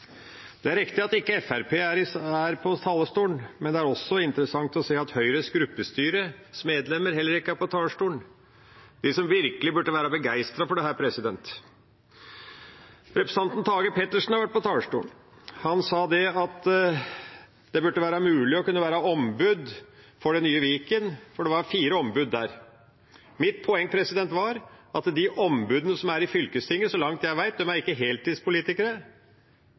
Det er riktig at ikke Fremskrittspartiet er på talerstolen, men det er også interessant å se at Høyres gruppestyremedlemmer heller ikke er på talerstolen, de som virkelig burde være begeistret for dette. Representanten Tage Pettersen har vært på talerstolen. Han sa at det burde være mulig å kunne være ombud for det nye Viken, for det var fire ombud der. Mitt poeng var at de ombudene som er i fylkestinget, ikke er heltidspolitikere, så langt jeg